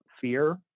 fear